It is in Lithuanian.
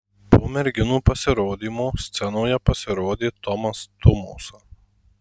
po merginų pasirodymo scenoje pasirodė tomas tumosa